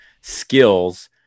skills